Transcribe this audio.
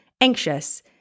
anxious